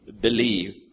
believe